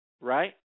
right